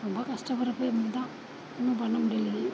ரொம்ப கஷ்டப்பட்ற ஃபேமிலி தான் ஒன்றும் பண்ண முடியலேயே